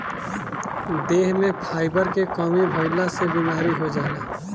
देह में फाइबर के कमी भइला से बीमारी हो जाला